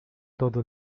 todo